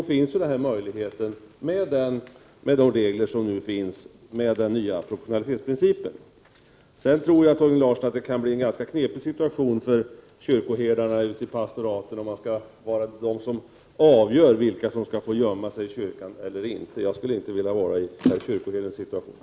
52 Jag tror att det kan bli en mycket knepig situation för kyrkoherdarna ute i I pastoraten, Torgny Larsson, om de skall avgöra vilka som skall få gömma sig — Prot. 1988/89:126 i kyrkan och vilka som inte skall få göra det. Jag skulle inte vilja vara i en 1 juni 1989 sådan kyrkoherdes situation. Vissa tvångsmedels Under detta anförande övertog talmannen ledningen av kammarens frågor förhandlingar.